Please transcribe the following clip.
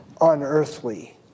unearthly